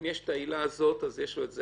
אם יש את העילה הזאת, אז יש לו את זה.